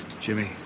Jimmy